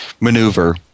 maneuver